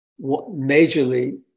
majorly